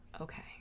okay